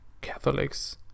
Catholics